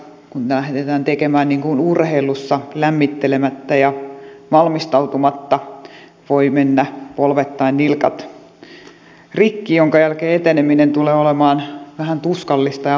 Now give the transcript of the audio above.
kun lähdetään tekemään niin kuin urheilussa lämmittelemättä ja valmistautumatta voivat mennä polvet tai nilkat rikki minkä jälkeen eteneminen tulee olemaan vähän tuskallista ja vaikeaa